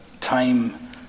time